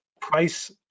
price